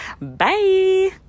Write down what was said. Bye